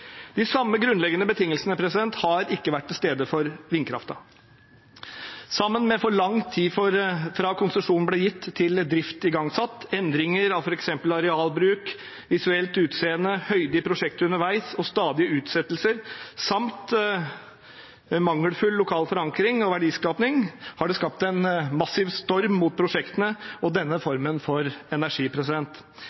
De samme grunnleggende betingelsene har ikke vært til stede for vindkraften. Sammen med for lang tid fra konsesjonen ble gitt til driften ble igangsatt, har endringer av f.eks. arealbruk, visuelt utseende, høyde i prosjektet underveis og stadige utsettelser samt mangelfull lokal forankring og verdiskaping skapt en massiv storm mot prosjektene og denne